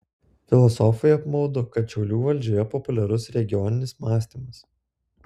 filosofui apmaudu kad šiaulių valdžioje populiarus regioninis mąstymas